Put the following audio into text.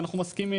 ואנחנו מסכימים.